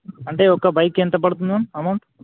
అంటే ఒక్క బైక్ ఎంత పడుతుంది మ్యామ్ అమౌంట్